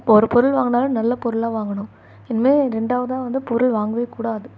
இப்போ ஒரு பொருள் வாங்கினாலும் நல்ல பொருளாக வாங்கணும் இனிமேல் ரெண்டாவதாக வந்து பொருள் வாங்கவே கூடாது